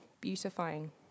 beautifying